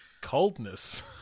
Coldness